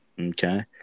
Okay